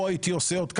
פה הייתי עושה עוד ככה,